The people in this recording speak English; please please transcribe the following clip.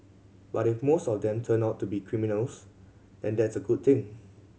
but if most of them turn out to be criminals then that's a good thing